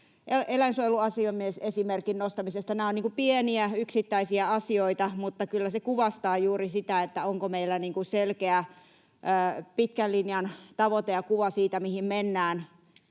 eläinsuojeluasiamiesesimerkin nostamisesta. Nämä ovat pieniä yksittäisiä asioita, mutta kyllä se kuvastaa juuri sitä, onko meillä selkeä pitkän linjan tavoite ja kuva siitä, mihin mennään,